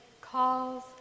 calls